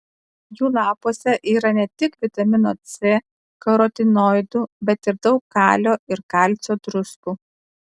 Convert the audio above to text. jų lapuose yra ne tik vitamino c karotinoidų bet ir daug kalio ir kalcio druskų